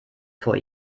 vor